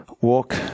walk